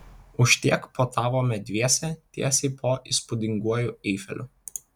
už tiek puotavome dviese tiesiai po įspūdinguoju eifeliu